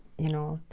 you know,